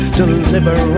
deliver